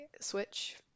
Switch